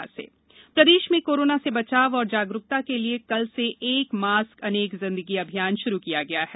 mask अभियान प्रदेश में कोरोना से बचाव और जागरूकता के लिये कल से एक मास्क अनेक जिंदगी अभियान भी शुरू किया गया है